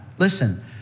Listen